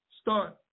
Start